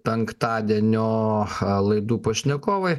penktadienio laidų pašnekovai